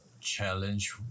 challenge